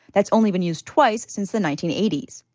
that's only been used twice since the nineteen eighty s.